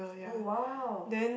oh !wow!